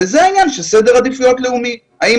וזה העניין של סדר עדיפות לאומי: האם